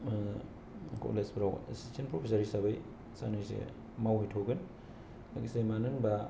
कलेजफ्राव assistant professor हिसाबै साननैसो मावहैथ'गोन लोगोसे मानो होनबा